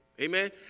Amen